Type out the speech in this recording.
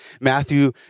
Matthew